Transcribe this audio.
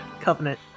Covenant